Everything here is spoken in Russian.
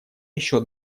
еще